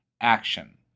action